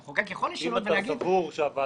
המחוקק יכול לשנות ולהגיד --- אם אתה סבור שהוועדה